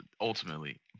ultimately